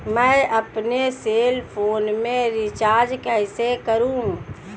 मैं अपने cell phone में रिचार्ज कैसे करूँ?